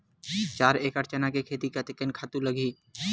चार एकड़ चना के खेती कतेकन खातु लगही?